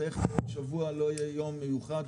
זה איך בעוד שבוע לא יהיה יום מיוחד,